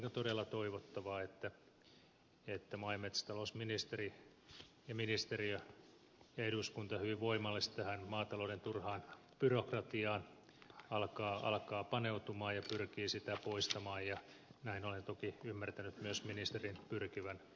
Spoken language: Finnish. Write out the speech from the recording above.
on todella toivottavaa että maa ja metsätalousministeri ja ministeriö ja eduskunta hyvin voimallisesti tähän maatalouden turhaan byrokratiaan alkavat paneutua ja pyrkivät sitä poistamaan ja näin olen toki ymmärtänyt myös ministerin pyrkivän tekemään